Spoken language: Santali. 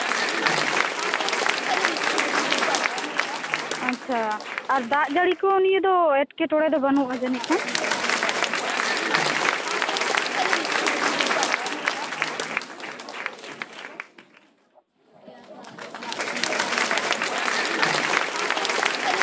ᱟᱪᱪᱷᱟ ᱟᱨ ᱫᱟᱜ ᱡᱟᱹᱲᱤ ᱠᱚ ᱱᱤᱭᱮ ᱫᱚ ᱮᱴᱠᱮᱴᱚᱬᱮ ᱫᱚ ᱵᱟᱹᱱᱩᱜᱼᱟ ᱡᱟᱹᱱᱤᱡ ᱠᱷᱟᱱ